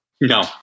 No